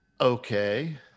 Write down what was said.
Okay